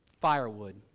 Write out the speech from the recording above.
firewood